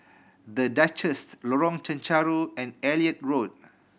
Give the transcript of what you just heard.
The Duchess Lorong Chencharu and Elliot Road